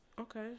Okay